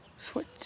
switch